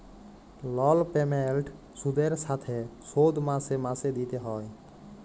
লল পেমেল্ট সুদের সাথে শোধ মাসে মাসে দিতে হ্যয়